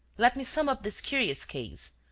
let me sum up this curious case,